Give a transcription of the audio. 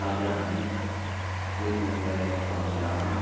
تازہ ایک نمبر ہے سپول ضلع کا